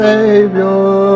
Savior